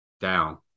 down